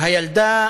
הילדה